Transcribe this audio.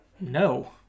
no